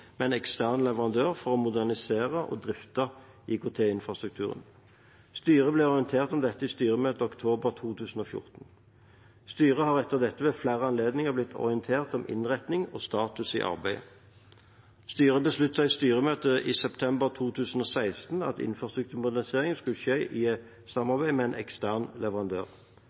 ekstern leverandør for å modernisere og drifte IKT-infrastrukturen. Styret ble orientert om dette i styremøte i oktober 2014. Styret har etter dette ved flere anledninger blitt orientert om innretning og status i arbeidet. Styret besluttet i styremøte i september 2016 at infrastrukturmoderniseringen skulle skje i samarbeid med en ekstern leverandør.